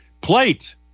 plate